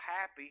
happy